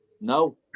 No